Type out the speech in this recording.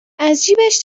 ازجیبش